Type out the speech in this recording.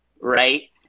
right